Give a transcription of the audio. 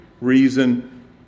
reason